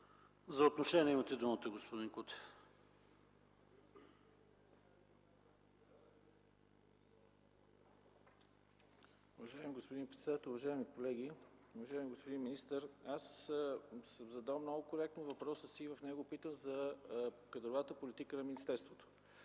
Кутев, имате думата. АНТОН КУТЕВ (КБ): Уважаеми господин председател, уважаеми колеги, уважаеми господин министър! Аз съм задал много коректно въпроса си. В него питам за кадровата политика на министерството.